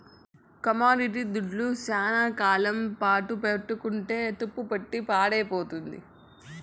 commodity దుడ్లు శ్యానా కాలం పాటు పెట్టుకుంటే తుప్పుపట్టి పాడైపోతుంది